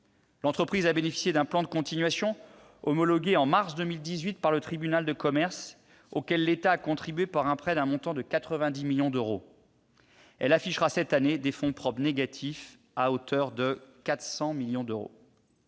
entreprise a bénéficié d'un plan de continuation, homologué en mars 2018 par le tribunal de commerce, auquel l'État a contribué par un prêt d'un montant de 90 millions d'euros. Elle affichera cette année des fonds propres négatifs à hauteur de 400 millions d'euros.